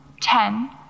Ten